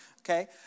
Okay